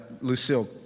Lucille